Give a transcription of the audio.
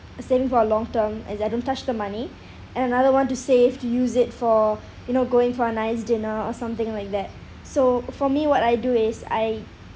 savings for a long term and I don't touch the money and another want to save to use it for you know going for a nice dinner or something like that so for me what I do is I